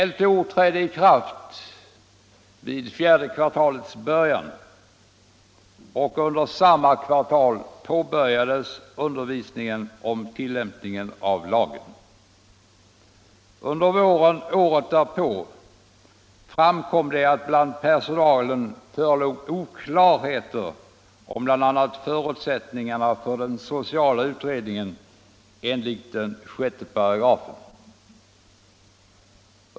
LTO trädde i kraft vid fjärde kvartalets början, och under samma kvartal påbörjades undervisningen om tillämpningen av lagen. Under våren året därpå framkom det att bland personalen förelåg oklarheter i fråga om bl.a. förutsättningarna för den sociala utredningen enligt 6 §.